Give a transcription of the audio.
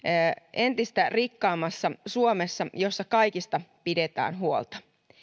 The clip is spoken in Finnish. entistä rikkaammassa suomessa jossa kaikista pidetään huolta